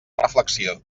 reflexió